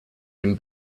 den